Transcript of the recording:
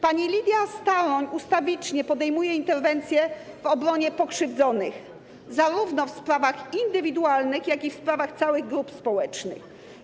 Pani Lidia Staroń ustawicznie podejmuje interwencje w obronie pokrzywdzonych zarówno w sprawach indywidualnych, jak i w sprawach całych grup społecznych.